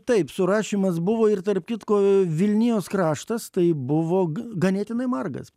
taip surašymas buvo ir tarp kitko vilnijos kraštas tai buvo ganėtinai margas